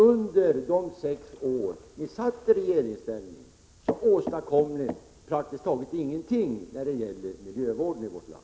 Under de sex år då ni satt i regeringsställning åstadkom ni — 13 maj 1987 praktiskt taget ingenting när det gällde miljövården i vårt land.